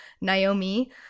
Naomi